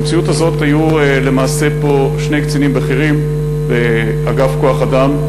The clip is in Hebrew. במציאות הזאת היו למעשה שני קצינים בכירים באגף כוח-אדם,